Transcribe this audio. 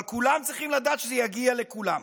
אבל כולם צריכים לדעת, שזה יגיע לכולם.